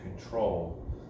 control